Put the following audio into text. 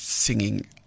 Singing